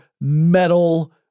metal